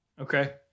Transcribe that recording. Okay